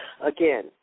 again